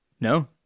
No